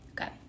Okay